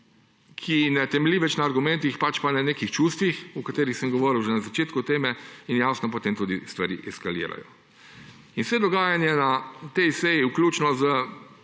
ki ne temelji več na argumentih, pač pa na nekih čustvih, o katerih sem govoril že na začetku teme; in jasno potem tudi stvari eskalirajo. In vse dogajanje na tej seji, vključno z